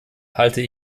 halte